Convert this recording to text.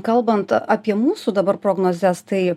kalbant apie mūsų dabar prognozes tai